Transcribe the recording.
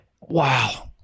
Wow